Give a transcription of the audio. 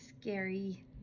scary